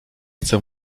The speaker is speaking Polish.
chcę